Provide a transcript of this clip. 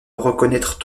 reconnaître